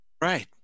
Right